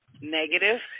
Negative